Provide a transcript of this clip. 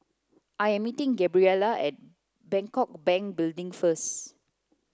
I am meeting Gabriella at Bangkok Bank Building first